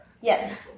Yes